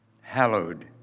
hallowed